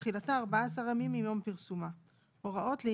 תחילתה ארבעה עשר ימים מיום פרסומה,